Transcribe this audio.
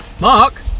Mark